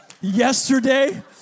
yesterday